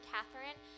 Catherine